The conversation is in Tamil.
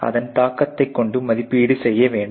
அதன் தாக்கத்தை கொண்டு மதிப்பீடு செய்ய வேண்டும்